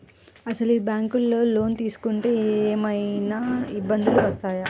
అసలు ఈ బ్యాంక్లో లోన్ తీసుకుంటే ఏమయినా ఇబ్బందులు వస్తాయా?